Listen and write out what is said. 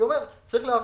צריך להבין,